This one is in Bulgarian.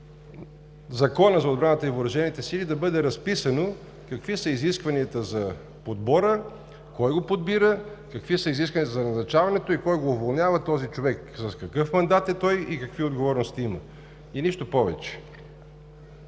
Закона за отбраната и въоръжените сили да бъде разписано: какви са изискванията за подбора, кой подбира, какви са изискванията за назначаването и кой уволнява този човек, с какъв мандат е той, какви отговорности има и нищо повече.